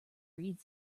reads